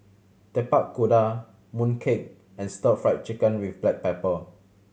Tapak Kuda mooncake and Stir Fried Chicken with black pepper